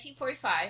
1945